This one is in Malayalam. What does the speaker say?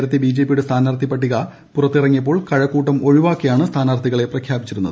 നേരത്തേ ബിജെപിയുടെ സ്ഥാനാർഥി പട്ടിക പുറത്തിറങ്ങിയപ്പോൾ കഴക്കൂട്ടം ഒഴിവാക്കിയാണ് സ്ഥാനാർഥികളെ പ്രഖ്യാപിച്ചത്